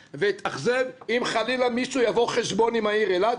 ואתאכזב אם חלילה מישהו יבוא חשבון עם העיר אילת,